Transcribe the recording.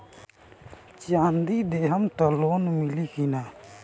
चाँदी देहम त लोन मिली की ना?